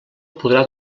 podrà